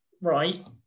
Right